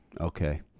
Okay